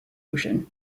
ocean